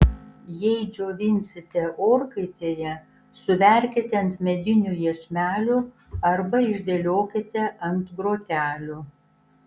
jei džiovinsite orkaitėje suverkite ant medinių iešmelių arba išdėliokite ant grotelių